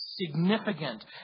Significant